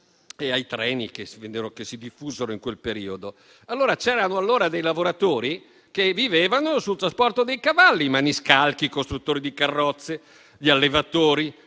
e ai treni, che si diffusero in quel periodo. Allora c'erano lavoratori che vivevano sul trasporto dei cavalli (maniscalchi, costruttori di carrozze, allevatori,